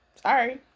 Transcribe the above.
Sorry